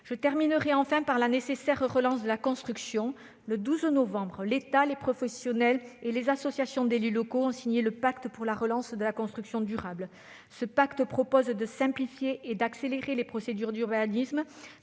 Je terminerai enfin sur la nécessaire relance de la construction. Le 12 novembre, l'État, les professionnels et les associations d'élus locaux ont signé le pacte national pour la relance de la construction durable. Ce pacte tend à simplifier et accélérer les procédures d'urbanisme,